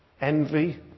envy